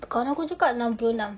kawan aku cakap enam puluh enam